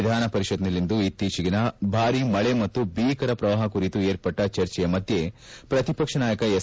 ವಿಧಾನಪರಿಷತ್ನಲ್ಲಿಂದು ಇತ್ತೀಚೆಗಿನ ಭಾರೀ ಮಳೆ ಮತ್ತು ಭೀಕರ ಪ್ರವಾಪ ಕುರಿತು ವಿರ್ಪಟ್ಟ ಚರ್ಚೆಯ ಮಧ್ಯೆ ಪ್ರಕಿಪಕ್ಷ ನಾಯಕ ಎಸ್